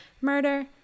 murder